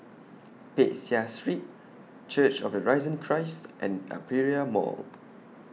Peck Seah Street Church of The Risen Christ and Aperia Mall